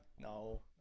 No